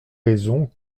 raisons